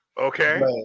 okay